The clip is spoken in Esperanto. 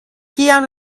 kiam